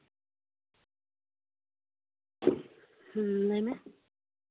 ᱦᱩᱸ ᱞᱟᱹᱭ ᱢᱮ